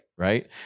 Right